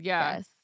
Yes